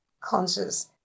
conscious